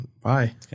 Bye